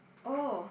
oh